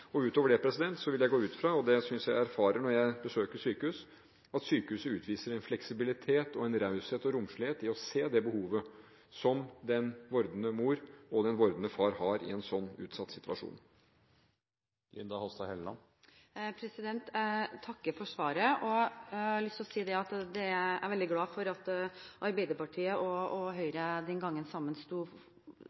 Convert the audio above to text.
vil jeg gå ut fra – noe jeg synes jeg erfarer når jeg besøker sykehus – at sykehuset utviser en fleksibilitet og en raushet og romslighet ved å se behovet som den vordende mor og den vordende far har i en slik utsatt situasjon. Jeg takker for svaret. Jeg har lyst til å si at jeg er veldig glad for at Arbeiderpartiet og Høyre sto sammen den gangen